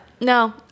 no